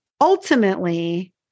Ultimately